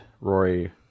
Rory